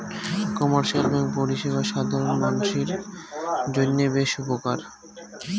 commercial bank পরিষেবা সাধারণ মানসির জইন্যে বেশ উপকার